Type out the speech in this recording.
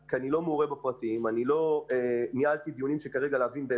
כי איני מעורה בפרטים ולא ניהלתי דיונים לגבי כמה